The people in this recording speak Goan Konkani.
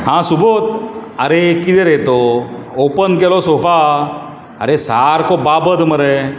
आं सुबोध आरे कितें रे तो ओपन केलो सोफा आरे सारको बाबत मरे